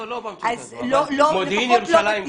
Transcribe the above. נכון.